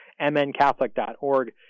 mncatholic.org